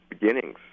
beginnings